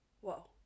whoa